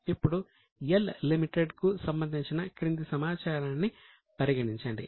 ఇప్పుడు L limited కు సంబంధించిన క్రింది సమాచారాన్ని పరిగణించండి